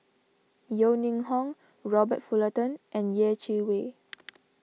Yeo Ning Hong Robert Fullerton and Yeh Chi Wei